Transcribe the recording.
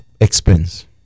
expense